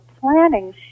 planning